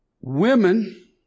Women